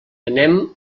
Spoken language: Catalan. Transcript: anem